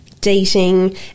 dating